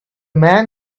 man